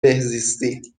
بهزیستی